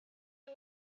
who